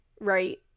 right